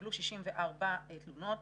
התקבלו 64 תלונות,